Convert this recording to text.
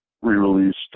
re-released